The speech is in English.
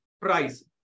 price